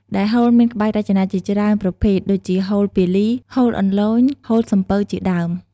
ដែលហូលមានក្បាច់រចនាជាច្រើនប្រភេទ ដូចជាហូលពាលី ហូលអន្លូញ ហូលសំពៅ ជាដើម ។